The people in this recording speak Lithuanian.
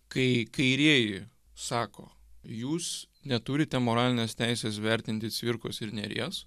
kai kairieji sako jūs neturite moralinės teisės vertinti cvirkos ir nėries